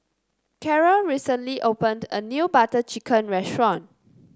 Karel recently opened a new Butter Chicken restaurant